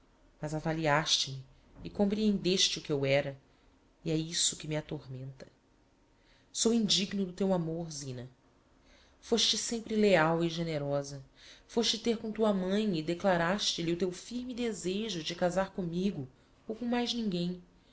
mas avaliáste me e comprehendeste o que eu era e é isso que me atormenta sou indigno do teu amor zina fôste sempre leal e generosa fôste ter com tua mãe e declaraste lhe o teu firme desejo de casar commigo ou com mais ninguem